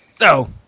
No